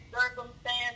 circumstance